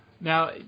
Now